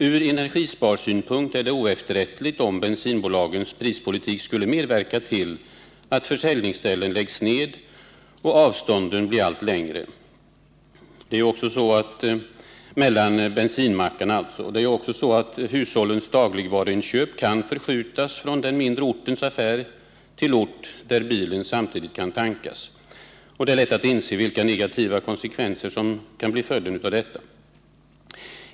Från energisparsynpunkt är det oefterrättligt om bensinbolagens prispolitik skulle medverka till att försäljningsställen läggs ned och avstånden mellan bensinmackarna blir allt längre. Det är också så att hushållens dagligvaruinköp kan förskjutas från den mindre ortens affär till en ort där bilen samtidigt kan tankas. Det är lätt att inse vilka negativa konsekvenser som kan bli följden av detta.